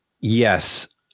yes